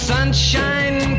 Sunshine